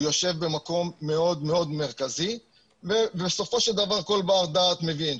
הוא יושב במקום מאוד מאוד מרכזי ובסופו של דבר כול בר דעת מבין,